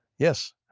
yes.